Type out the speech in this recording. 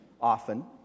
often